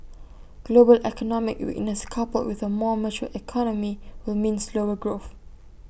global economic weakness coupled with A more mature economy will mean slower growth